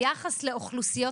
ה-5.BA.